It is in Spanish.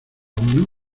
mano